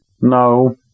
No